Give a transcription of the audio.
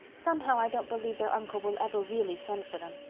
somehow i don't believe their uncle will ever really send for them.